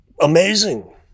amazing